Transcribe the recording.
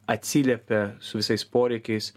atsiliepia su visais poreikiais